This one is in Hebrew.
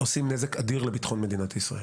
עושים נזק אדיר לביטחון מדינת ישראל.